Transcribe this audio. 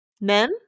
Men